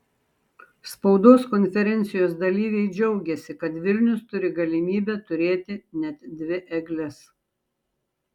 spaudos konferencijos dalyviai džiaugėsi kad vilnius turi galimybę turėti net dvi egles